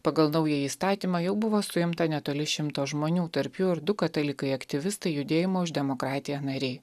pagal naująjį įstatymą jau buvo suimta netoli šimto žmonių tarp jų ir du katalikai aktyvistai judėjimo už demokratiją nariai